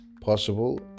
possible